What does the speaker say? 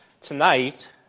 tonight